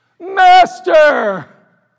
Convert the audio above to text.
master